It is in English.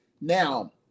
now